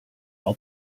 all